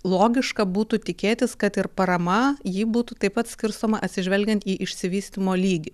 logiška būtų tikėtis kad ir parama ji būtų taip pat skirstoma atsižvelgiant į išsivystymo lygį